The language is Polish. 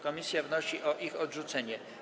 Komisja wnosi o ich odrzucenie.